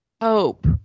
hope